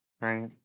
right